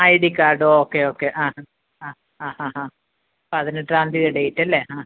I D card okay okay ആ ആ ആ ആ ആ ആ പതിനെട്ടാം തീ ഡേറ്റല്ലെ ആ